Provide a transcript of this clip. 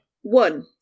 One